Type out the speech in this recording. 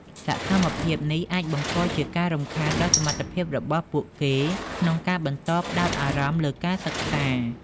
សកម្មភាពនេះអាចបង្កជាការរំខានដល់សមត្ថភាពរបស់ពួកគេក្នុងការបន្តផ្តោតអារម្មណ៍លើការសិក្សា។